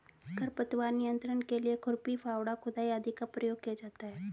खरपतवार नियंत्रण के लिए खुरपी, फावड़ा, खुदाई आदि का प्रयोग किया जाता है